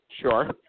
Sure